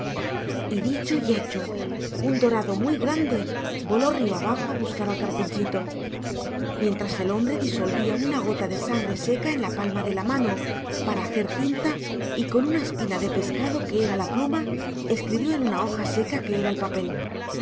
y dicho y hecho un dorado muy grande voló río abajo a buscar al carpinchito mientras el hombre disolvía una gota de sangre seca en la palma de la mano para hacer tinta y con una espina de pescado que era la pluma escribió en una hoja seca que era el papel